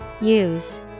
use